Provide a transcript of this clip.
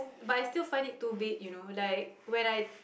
but I still find it too big you know like when I